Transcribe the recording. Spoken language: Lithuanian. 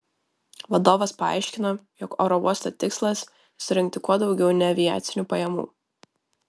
vadovas paaiškino jog oro uosto tikslas surinkti kuo daugiau neaviacinių pajamų